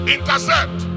Intercept